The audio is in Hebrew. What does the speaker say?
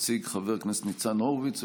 יציג חבר הכנסת ניצן הורוביץ,